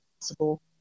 possible